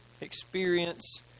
experience